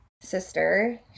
sister